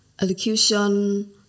elocution